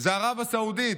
זה ערב הסעודית,